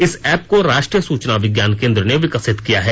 इस ऐप को राष्ट्रीय सूचना विज्ञान केन्द्र ने विकसित किया है